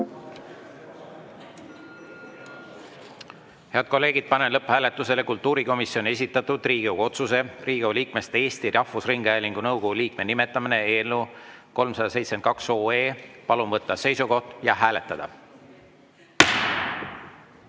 Head kolleegid, panen lõpphääletusele kultuurikomisjoni esitatud Riigikogu otsuse "Riigikogu liikmest Eesti Rahvusringhäälingu nõukogu liikme nimetamine" eelnõu 372. Palun võtta seisukoht ja hääletada!